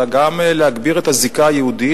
אלא גם להגביר את הזיקה היהודית.